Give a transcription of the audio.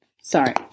Sorry